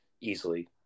easily